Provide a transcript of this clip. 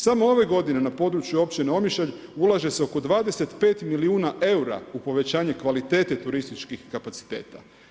Samo ove godine na području općine Omišalj, ulaže se oko 25 milijuna eura u povećanje kvalitete turističkih kapaciteta.